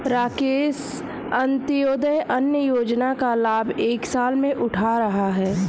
राकेश अंत्योदय अन्न योजना का लाभ एक साल से उठा रहा है